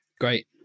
Great